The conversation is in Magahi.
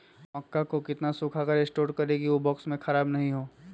मक्का को कितना सूखा कर स्टोर करें की ओ बॉक्स में ख़राब नहीं हो?